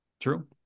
True